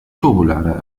turbolader